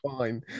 fine